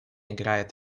играет